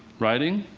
writing,